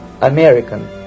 American